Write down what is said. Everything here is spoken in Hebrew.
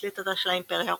בשליטתה של האימפריה הרוסית.